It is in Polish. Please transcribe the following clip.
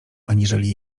aniżeli